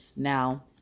Now